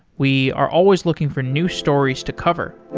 we are always looking for new stories to cover.